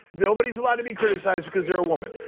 nobody's allowed to be criticized because they're a woman.